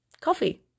coffee